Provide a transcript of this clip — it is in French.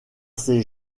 ses